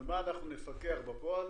על מה אנחנו נפקח בפועל